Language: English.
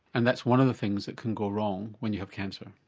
and that's one of the things that can go wrong when you have cancer?